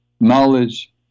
knowledge